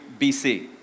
BC